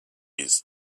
his